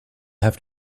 have